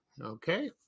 okay